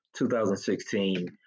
2016